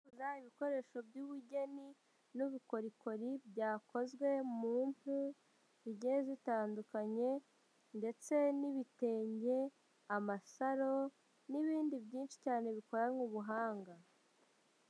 Gura ibikoresho by'ubugeni n'ubukorikori, byakozwe mu mpu zigiye zitandukanye ndetse n'ibitenge, amasaro n'ibindi byinshi cyane bikoranywe ubuhanga.